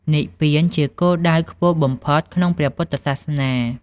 និព្វាន ជាគោលដៅខ្ពស់បំផុតក្នុងព្រះពុទ្ធសាសនា។